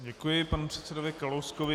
Děkuji panu předsedovi Kalouskovi.